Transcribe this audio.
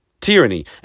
tyranny